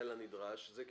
אז מה,